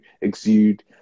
exude